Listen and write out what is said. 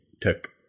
took